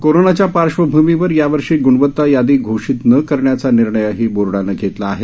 कोरोनाच्या पार्श्वभूमीवर यावर्षी गृणवता यादी घोषित न करण्याचा निर्णयही बोर्डानं घेतला आहे